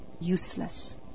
useless